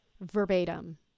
verbatim